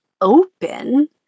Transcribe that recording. open